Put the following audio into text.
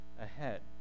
ahead